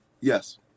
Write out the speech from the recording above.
Yes